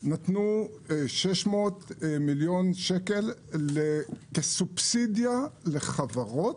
נתנו 600 מיליון שקל כסובסידיה לחברות,